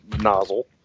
nozzle